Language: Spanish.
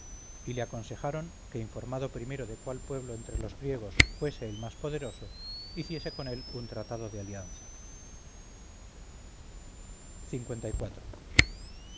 y le aconsejaron que informado primero de cuál pueblo entre los griegos fuese el más poderoso hiciese con él un tratado de alianza